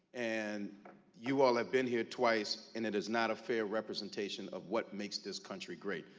and you all have been here twice and it is not a fair representation of what makes this country great.